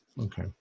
Okay